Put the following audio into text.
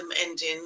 ending